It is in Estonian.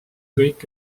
kõik